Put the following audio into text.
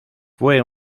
fue